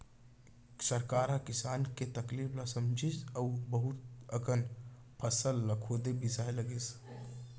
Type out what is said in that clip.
सरकार ह किसान के तकलीफ ल समझिस अउ बहुत अकन फसल ल खुदे बिसाए लगिस